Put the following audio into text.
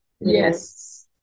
Yes